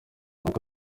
nuko